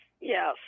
Yes